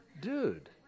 Dude